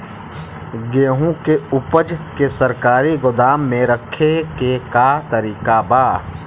गेहूँ के ऊपज के सरकारी गोदाम मे रखे के का तरीका बा?